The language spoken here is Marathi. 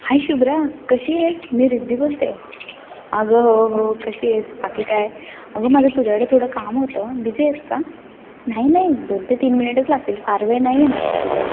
हाय शुभ्रा कशी आहेस मी रिद्धी बोलते आहे अगं हो हो कशी आहेस बाकी काय अगं माझं तुझ्याकडं थोडं काम होतं बिझी आहेस का नाही नाही दोन ते तीन मिनिटंच लागतील फार वेळ नाही घेणार मी तुझा